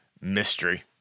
mystery